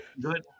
good